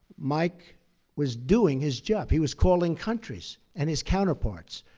mike was doing his job. he was calling countries and his counterparts.